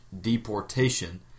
deportation